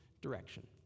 direction